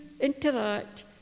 interact